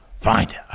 Find